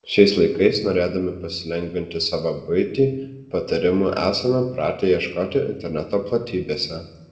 šiais laikais norėdami pasilengvinti savo buitį patarimų esame pratę ieškoti interneto platybėse